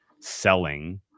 selling